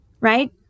right